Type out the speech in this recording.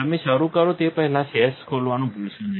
તમે શરૂ કરો તે પહેલાં સેશ ખોલવાનું ભૂલશો નહીં